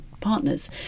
partners